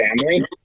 family